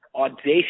audacious